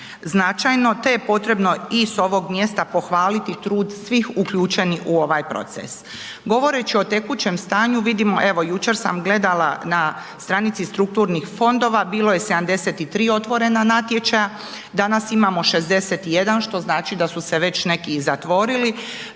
značajno, te je potrebno i s ovog mjesta pohvaliti trud svih uključenih u ovaj proces. Govoreći o tekućem stanju vidimo, evo jučer sam gledala na stranici strukturnih fondova, bilo je 73 otvorena natječaja, danas imamo 61, što znači da su se već neki i zatvorili,